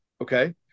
Okay